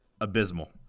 abysmal